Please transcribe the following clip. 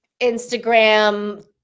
Instagram